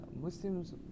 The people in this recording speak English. muslims